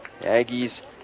Aggies